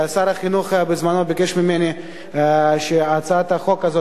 שר החינוך בזמנו ביקש ממני שהצעת החוק הזאת,